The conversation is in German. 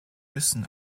müssen